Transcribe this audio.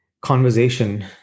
conversation